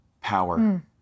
power